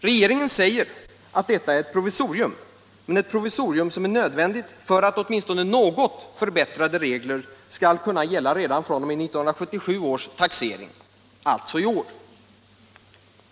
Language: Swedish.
Regeringen säger att detta är ett provisorium men ett provisorium som är nödvändigt för att åtminstone något förbättrade regler skall kunna gälla redan fr.o.m. 1977 års taxering, alltså i år.